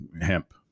hemp